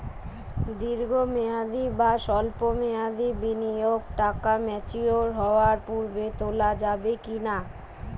দীর্ঘ মেয়াদি বা সল্প মেয়াদি বিনিয়োগের টাকা ম্যাচিওর হওয়ার পূর্বে তোলা যাবে কি না?